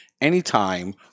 anytime